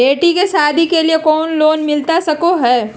बेटी के सादी के लिए कोनो लोन मिलता सको है?